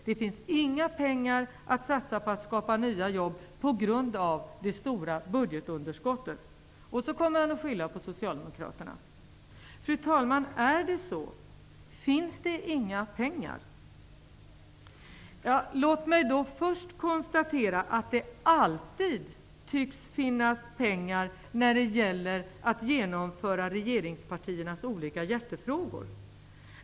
Det finns inga pengar att satsa på att skapa nya jobb på grund av det stora budgetunderskottet. Och så kommer han att skylla på Socialdemokraterna. Fru talman! Är det så? Finns det inga pengar? Låt mig först konstatera att det alltid tycks finnas pengar när det gäller att genomföra regeringspartiernas olika hjärtefrågor.